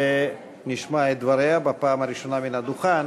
ונשמע את דבריה בפעם הראשונה מן הדוכן.